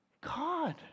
God